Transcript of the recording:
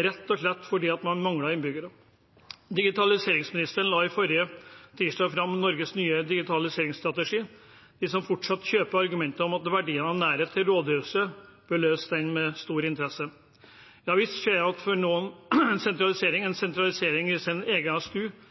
rett og slett fordi en har manglet innbyggere. Digitaliseringsministeren la forrige tirsdag fram Norges nye digitaliseringsstrategi. De som fortsatt kjøper argumentet om verdien av nærhet til rådhuset, bør lese den med stor interesse. Det har vist seg at for noen er sentralisering en sentralisering i deres egen